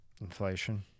Inflation